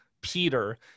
Peter